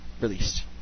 released